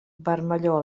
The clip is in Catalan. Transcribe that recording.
vermellor